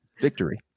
victory